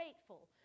grateful